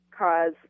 cause